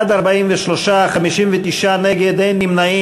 בעד, 43, 59 נגד, אין נמנעים.